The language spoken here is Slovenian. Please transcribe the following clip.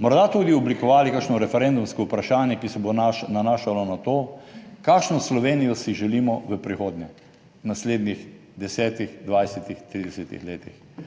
morda tudi oblikovali kakšno referendumsko vprašanje, ki se bo nanašalo na to, kakšno Slovenijo si želimo v prihodnje, v naslednjih 10., 20., 30. letih.